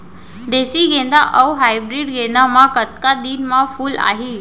देसी गेंदा अऊ हाइब्रिड गेंदा म कतका दिन म फूल आही?